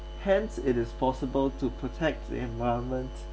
hence it is possible to protect the environment